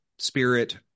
spirit